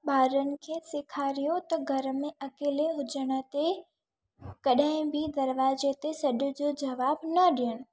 ॿारनि खे सेखारियो त घर में अकेले हुजण ते कॾहिं बि दरवाज़े ते सॾ जो जवाबु न ॾियनि